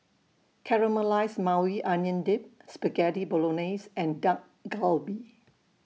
Caramelized Maui Onion Dip Spaghetti Bolognese and Dak Galbi